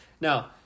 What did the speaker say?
now